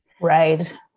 right